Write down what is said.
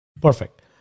Perfect